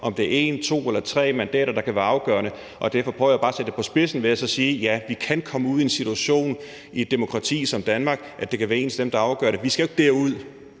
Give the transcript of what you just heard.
om det er et, to eller tre mandater, der kan være afgørende. Derfor prøver jeg bare at sætte det på spidsen ved at sige: Ja, vi kan komme ud i en situation i et demokrati som Danmark, hvor det kan være én stemme, der afgør det. Vi skal jo ikke derud,